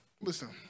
Listen